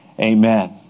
Amen